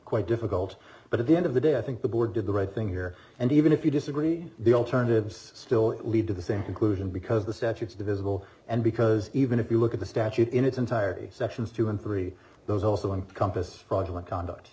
quite difficult but at the end of the day i think the board did the right thing here and even if you disagree the alternatives still lead to the same conclusion because the statute is divisible and because even if you look at the statute in its entirety sections two dollars and three dollars those also encompass fraudulent conduct